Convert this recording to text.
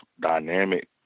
dynamic